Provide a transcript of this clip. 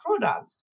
product